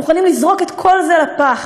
מוכנים לזרוק את כל זה לפח.